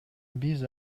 биз